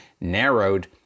narrowed